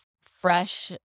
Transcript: Fresh